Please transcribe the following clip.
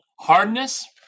Hardness